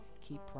Keep